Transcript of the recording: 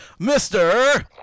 Mr